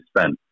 spent